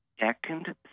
second